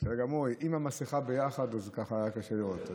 בסדר גמור, עם המסכה ביחד קשה לראות.